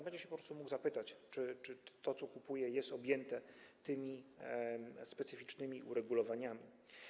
Będzie się po prostu mógł zapytać, czy to, co kupuje, jest objęte tymi specyficznymi uregulowaniami.